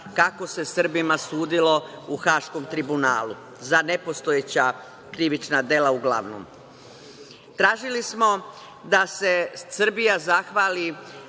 kako se Srbima sudilo u Haškom tribunalu za nepostojeća krivična dela, uglavnom. Tražili smo da se Srbija zahvali